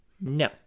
no